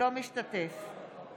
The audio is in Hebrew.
אינו משתתף בהצבעה